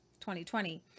2020